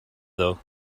though